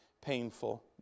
painful